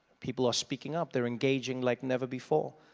people are speaking up, they're engaging like never before.